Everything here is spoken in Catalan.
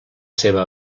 seva